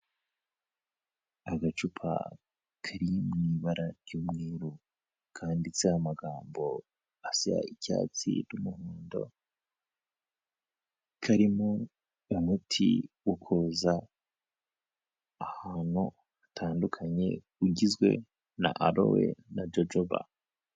Agacupa kari mu ibara ry'umweru kanditse amagambo asa icyatsi n'umuhondo, karimo umuti ukoza ahantu hatandukanye ugizwe na arowe na jojoba.